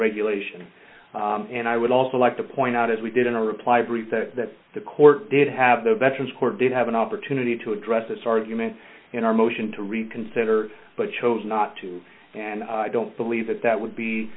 regulation and i would also like to point out as we did in a reply brief that the court did have the veterans court did have an opportunity to address this argument in our motion to reconsider but chose not to and i don't believe that that would be